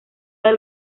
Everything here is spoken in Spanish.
del